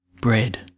Bread